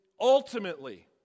ultimately